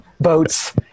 boats